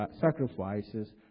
sacrifices